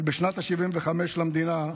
אבל בשנה ה-75 למדינה,